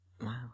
Wow